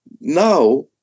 Now